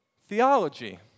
Theology